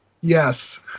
Yes